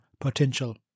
potential